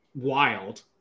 wild